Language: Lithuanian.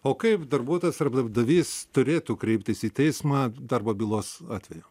o kaip darbuotojas ar darbdavys turėtų kreiptis į teismą darbo bylos atveju